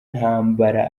ntambara